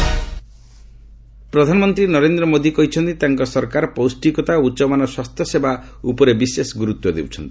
PM nutrition ପ୍ରଧାନମନ୍ତ୍ରୀ ନରେନ୍ଦ୍ର ମୋଦି କହିଛନ୍ତି ତାଙ୍କ ସରକାର ପୌଷ୍ଟିକତା ଓ ଉଚ୍ଚମାନର ସ୍ୱାସ୍ଥ୍ୟ ସେବା ଉପରେ ବିଶେଷ ଗୁରୁତ୍ୱ ଦେଉଛନ୍ତି